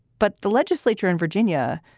but the legislature in virginia,